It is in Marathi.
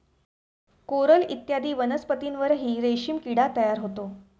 कोरल इत्यादी वनस्पतींवरही रेशीम किडा तयार होतो